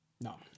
No